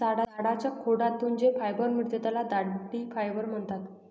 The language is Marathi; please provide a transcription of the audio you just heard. झाडाच्या खोडातून जे फायबर मिळते त्याला दांडी फायबर म्हणतात